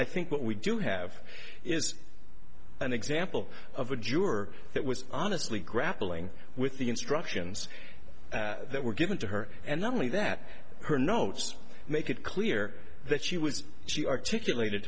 i think what we do have is an example of a juror that was honestly grappling with the instructions that were given to her and not only that her notes make it clear that she was she articulated